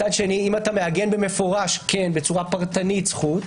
מצד שני אם אתה מעגן במפורש בצורה פרטנית זכות,